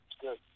good